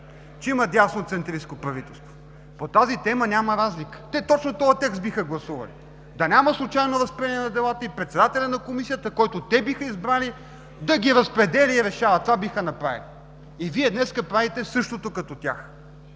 Че има дясноцентристко правителство, по тази тема няма разлика. Те точно този текст биха гласували – да няма случайно разпределение на делата и председателят на Комисията, който те биха избрали, да ги разпределя и решава. Това биха направили. Вие днес правите същото като тях,